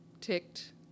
ticked